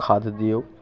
खाद दियौ